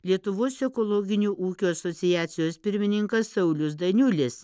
lietuvos ekologinių ūkių asociacijos pirmininkas saulius daniulis